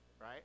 Right